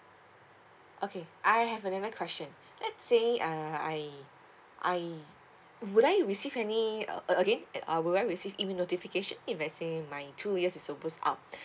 okay I have another question let's say uh I I would I receive any uh again uh will I receive email notification if I say my two years is almost out